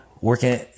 working